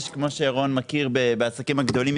כפי שירון מכיר בעסקים הגדולים,